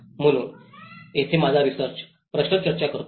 म्हणूनच येथे माझा रिसर्च प्रश्न चर्चा करतो